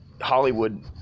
Hollywood